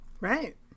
Right